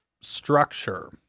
structure